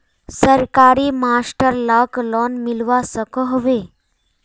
सरकारी master lakh loan मिलवा सकोहो होबे?